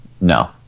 No